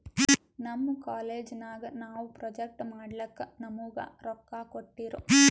ನಮ್ ಕಾಲೇಜ್ ನಾಗ್ ನಾವು ಪ್ರೊಜೆಕ್ಟ್ ಮಾಡ್ಲಕ್ ನಮುಗಾ ರೊಕ್ಕಾ ಕೋಟ್ಟಿರು